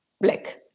Black